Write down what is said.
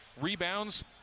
Rebounds